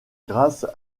grâce